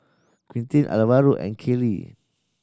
Quinten Alvaro and Kaylie